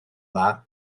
dda